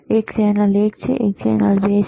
એક ચેનલ એક છે એક ચેનલ 2 છે